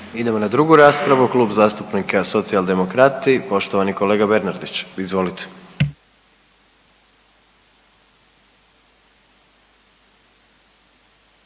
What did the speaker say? Idemo na drugu raspravu, Klub zastupnika Socijaldemokrati, poštovani kolega Bernardić. Izvolite.